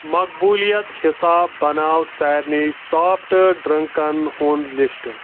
مقبوٗلیت حساب بناو سارنٕے سافٹ ڈِرٛنٛکن ہُنٛد لسٹ